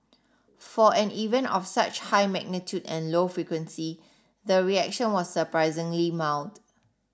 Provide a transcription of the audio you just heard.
for an event of such high magnitude and low frequency the reaction was surprisingly mild